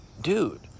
dude